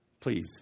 Please